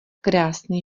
krásný